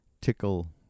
tickle